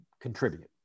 contribute